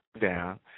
down